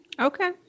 Okay